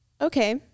Okay